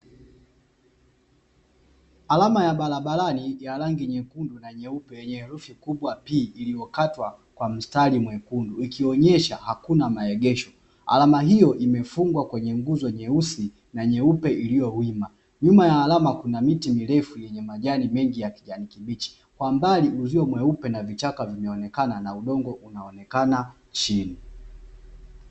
Alama ya barabarani yenye rangi nyekundu na nyeupe yenye herufi P iliyokatwa kwa mstari ikimaanisha kuwa hakuna maegesho alama hii imefungwa nguzo yenye rangi nyeusi na nyeupe iliyosimama wima, nyuma ya alama kuna miti mirefu yenye majani mengi ya kijani kibichi kwa mbali kuna utepe mweupe na vichaka vikionekena na udongo unaonekana chini.